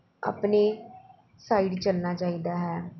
ਆਪਣੇ ਸਾਈਡ ਚੱਲਣਾ ਚਾਹੀਦਾ ਹੈ